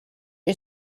you